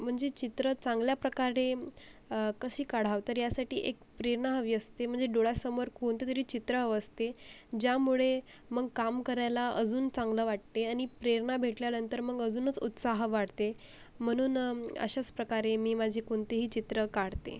मनजे चित्र चांगल्या प्रकारे कशी काढव तर यासाटी एक प्रेरना हवी असते मनजे डोळ्यासमोर कोनतं तरी चित्र अवं असते ज्यामुळे मंग काम करायला अजून चांगलं वाटते अनि प्रेरना भेटल्यानंतर मंग अजूनच उत्साह वाढते मनून अशास प्रकारे मी माजे कोनतेही चित्र काडते